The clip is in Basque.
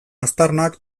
aztarnak